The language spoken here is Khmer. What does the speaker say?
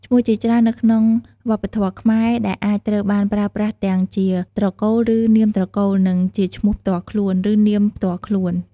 ឈ្មោះជាច្រើននៅក្នុងវប្បធម៌ខ្មែរ ដែលអាចត្រូវបានប្រើប្រាស់ទាំងជា ត្រកូល ឬ នាមត្រកូល និង ជាឈ្មោះផ្ទាល់ខ្លួន ឬនាមផ្ទាល់ខ្លួន។